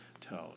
tone